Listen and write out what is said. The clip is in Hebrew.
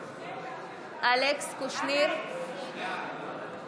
בעד יואב קיש, נגד גלעד קריב,